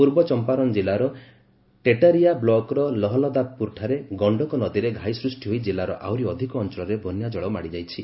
ପୂର୍ବ ଚମ୍ପାରନ୍ ଜିଲ୍ଲାର ଟେଟାରିଆ ବ୍ଲକ୍ର ଲହଲଦାପୁର ଠାରେ ଗଶ୍ତକ ନଦୀରେ ଘାଇ ସୃଷ୍ଟି ହୋଇ ଜିଲ୍ଲାର ଆହୁରି ଅଧିକ ଅଞ୍ଚଳରେ ବନ୍ୟା ଜଳ ମାଡ଼ି ଯାଇଛି